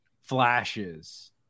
flashes